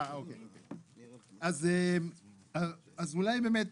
אז אולי באמת